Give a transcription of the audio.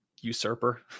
usurper